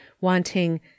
wanting